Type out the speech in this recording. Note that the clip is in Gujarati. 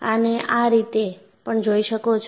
આને આ રીતે પણ જોઈ શકો છો